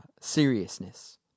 seriousness